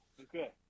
Okay